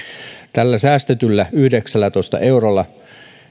tällä säästetyllä yhdeksällätoista eurolla